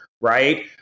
Right